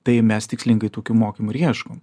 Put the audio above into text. tai mes tikslingai tokių mokymų ir ieškom